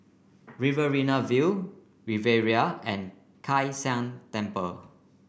Riverina View Riviera and Kai San Temple